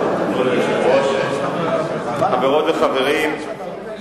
חברות וחברים,